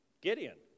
Gideon